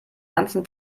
ganzen